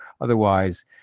Otherwise